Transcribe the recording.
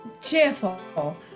cheerful